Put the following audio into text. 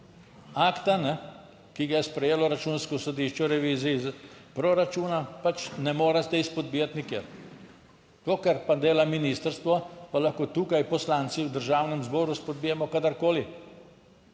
Akta, ki ga je sprejelo Računsko sodišče v reviziji proračuna pač ne morete izpodbijati nikjer, to kar pa dela ministrstvo, pa lahko tukaj poslanci v Državnem zboru izpodbijamo kadarkoli.